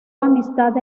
amistad